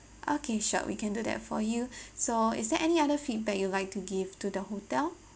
okay sure we can do that for you so is there any other feedback you'd like to give to the hotel